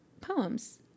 poems